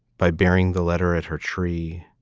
by burying the letter at her tree.